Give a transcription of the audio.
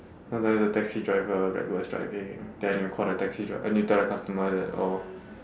sometimes the taxi driver reckless driving then you call the taxi drive~ then you tell the customer that oh